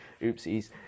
Oopsies